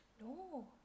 No